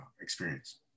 experience